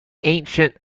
ancient